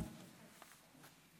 לרשותך חמש